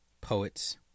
poets